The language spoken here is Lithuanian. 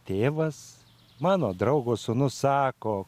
tėvas mano draugo sūnus sako